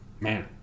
Man